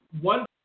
one